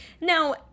Now